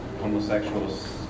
homosexuals